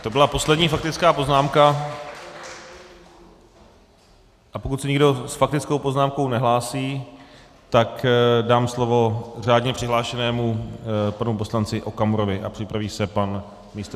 To byla poslední faktická poznámka, a pokud se nikdo s faktickou poznámkou nehlásí, tak dám slovo řádně přihlášenému panu poslanci Okamurovi a připraví se pan místopředseda Filip.